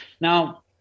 Now